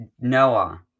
Noah